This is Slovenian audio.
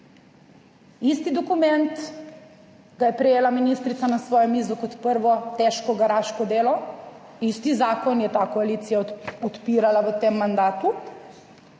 Isti dokument ga je prejela ministrica na svojo mizo kot prvo težko garaško delo. Isti zakon je ta koalicija podpirala v tem mandatu.